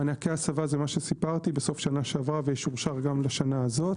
מענקי הסבה זה מה שסיפרתי סוף שנה שעברה ושאושר גם השנה הזו,